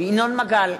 ינון מגל,